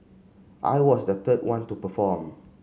I was the third one to perform